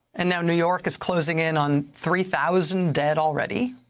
and now new york is closing in on three thousand dead already,